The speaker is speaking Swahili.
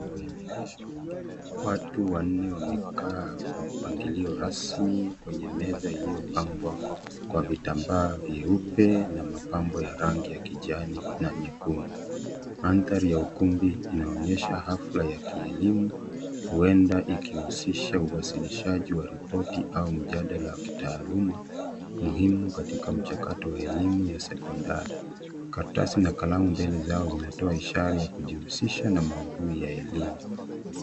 Watu wanne wamekaa kwa mpangilio rasmi kwenye meza iliyopambwa kwa vitambaa vyeupe na mapambo ya rangi ya kijani na nyekundu. Mandhari ya ukumbi inaonyesha hafla ya kielimu huenda ikihusisha uwasilishaji wa ripoti au mjadala wa kitaaluma muhimu katika mchakato ya elimu ya sekondari, karatasi na kalamu mbele yao zinatoa ishara ya kujihusisha na maudhui ya elimu.